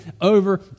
over